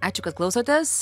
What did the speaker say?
ačiū kad klausotės